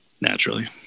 Naturally